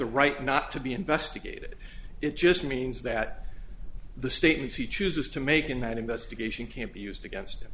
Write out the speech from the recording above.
the right not to be investigated it just means that the statements he chooses to make in that investigation can't be used against